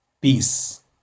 Peace